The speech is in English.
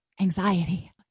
anxiety